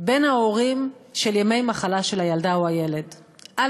של ימי מחלה של הילדה או הילד בין ההורים.